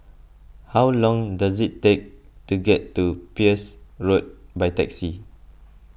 how long does it take to get to Peirce Road by taxi